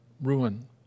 ruin